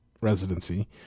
residency